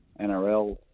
NRL